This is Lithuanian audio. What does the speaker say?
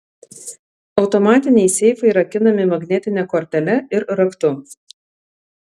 automatiniai seifai rakinami magnetine kortele ir raktu